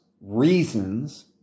reasons